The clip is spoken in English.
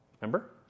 Remember